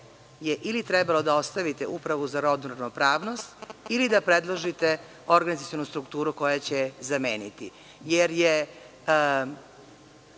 je ili trebalo da ostavite Upravu za rodnu ravnopravnost ili da predložite organizacionu strukturu koja će je zameniti,